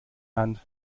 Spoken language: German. hand